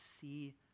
see